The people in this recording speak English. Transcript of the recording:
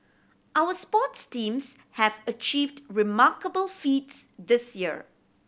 our sports teams have achieved remarkable feats this year